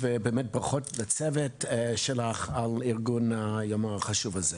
ובאמת ברכות לצוות שלך על ארגון היום החשוב הזה.